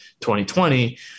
2020